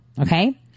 okay